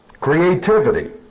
creativity